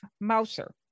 Mouser